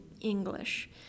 English